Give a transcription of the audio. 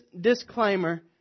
disclaimer